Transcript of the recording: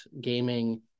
gaming